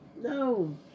No